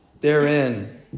Therein